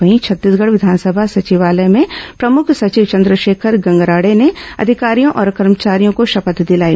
वहीं छत्तीसगढ़ विधानसभा सचिवालय में प्रमुख सचिव चंद्रशेखर गंगराड़े ने अधिकारियों और कर्मचारियों को शपथ दिलाई